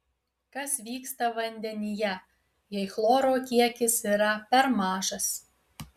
kas vyksta vandenyje jei chloro kiekis yra per mažas